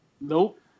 Nope